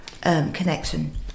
connection